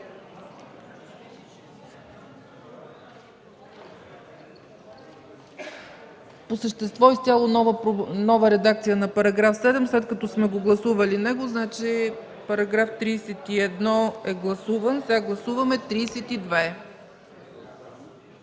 По същество изцяло нова редакция на § 7, след като сме го гласували него, значи § 31 е гласуван и сега гласуваме § 32.